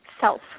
self